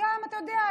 גם אתה יודע,